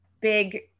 big